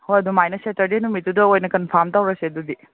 ꯍꯣꯏ ꯑꯗꯨꯃꯥꯏꯅ ꯁꯦꯇꯔꯗꯦ ꯅꯨꯃꯤꯠꯇꯨꯗ ꯑꯣꯏꯅ ꯀꯟꯐꯥꯝ ꯇꯧꯔꯁꯦ ꯑꯗꯨꯗꯤ